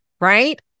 right